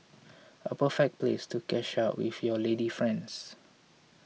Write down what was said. a perfect place to catch up with your lady friends